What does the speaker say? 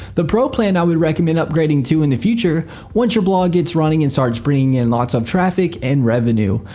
the pro plan i would recommend upgrading too in the future once your blog gets running and starts bringing in lots of traffic and revenue